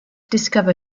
discover